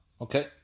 Okay